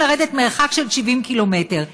מרחק של 70 קילומטר.